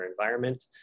environment